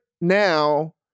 now